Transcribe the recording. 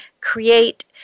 create